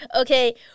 Okay